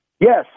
Yes